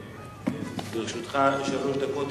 לרשותך שלוש דקות,